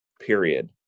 period